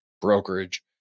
brokerage